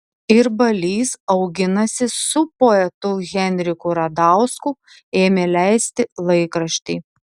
ir balys auginasi su poetu henriku radausku ėmė leisti laikraštį